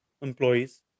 employees